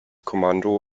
kommando